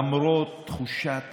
למרות תחושת